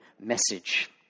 message